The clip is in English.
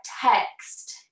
text